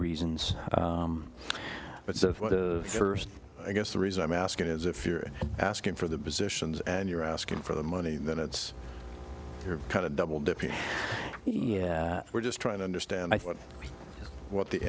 reasons but first i guess the reason i'm asking is if you're asking for the positions and you're asking for the money then it's kind of double dipping yeah we're just trying to understand i thought what the